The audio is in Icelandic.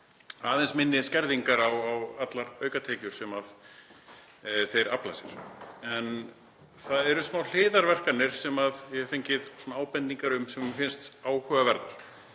aðeins minni skerðingar á allar aukatekjur sem þeir afla sér. En það eru smá hliðarverkanir sem ég hef fengið ábendingar um sem mér finnst áhugaverðar.